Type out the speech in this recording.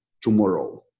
tomorrow